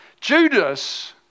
Judas